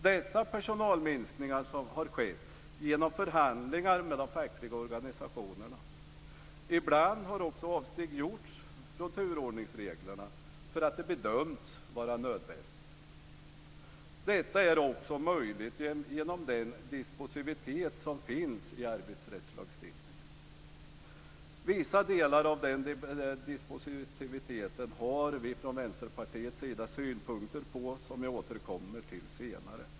Dessa personalminskningar har skett genom förhandlingar med de fackliga organisationerna. Ibland har också avsteg gjorts från turordningsreglerna för att det bedömts vara nödvändigt. Detta är också möjligt genom den dispositivitet som finns i arbetsrättslagstiftningen. Vissa delar av den dispositiviteten har vi från Vänsterpartiets sida synpunkter på, som jag återkommer till senare.